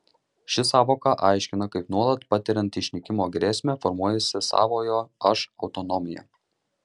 ši sąvoka aiškina kaip nuolat patiriant išnykimo grėsmę formuojasi savojo aš autonomija